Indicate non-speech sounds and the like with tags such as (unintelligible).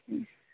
(unintelligible)